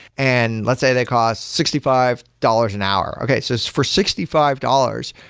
and let's say they cost sixty five dollars an hour. okay. so for sixty five dollars,